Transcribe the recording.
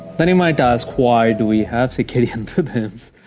then you might ask, why do we have circadian rhythms?